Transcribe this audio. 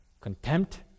contempt